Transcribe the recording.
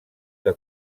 que